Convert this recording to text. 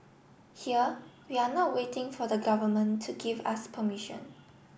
here we are not waiting for the government to give us permission